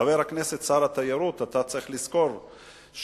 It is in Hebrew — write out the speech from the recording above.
חבר הכנסת שר התיירות, אתה צריך לזכור שהיום